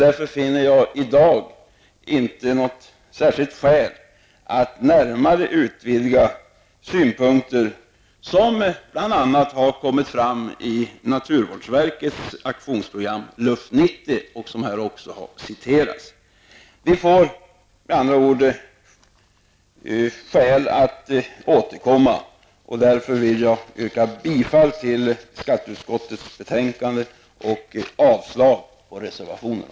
Därför anser jag att det inte finns några skäl att i dag närmare utveckla bl.a. de synpunkter som kommit fram i naturvårdsverkets aktionsprogram LUFT '90, som här har citerats. Vi kommer alltså att få tillfälle att återkomma till frågan, och därför inskränker jag mig till detta och yrkar bifall till hemställan i skatteutskottets betänkande och avslag på reservationerna.